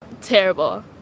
Terrible